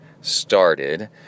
started